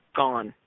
gone